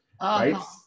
right